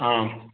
অঁ